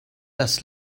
das